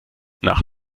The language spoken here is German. nach